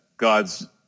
God's